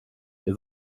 ihr